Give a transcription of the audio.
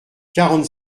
quarante